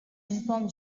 inform